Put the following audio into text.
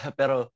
pero